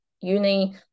uni